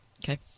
Okay